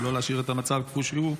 ולא להשאיר את המצב כפי שהוא,